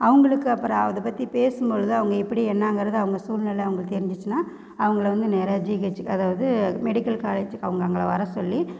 அவங்களுக்கு அப்பறம் அதைப் பற்றி பேசும்பொழுது அவங்க எப்படி என்னங்கிறத அவங்க சூழ்நிலை அவங்களுக்கு தெரிஞ்சுச்சுனா அவங்கள வந்து நேராக ஜிஹெச்சுக்கு அதாவது மெடிக்கல் காலேஜ் அவங்க அங்க வர சொல்லி